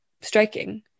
striking